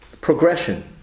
progression